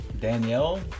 Danielle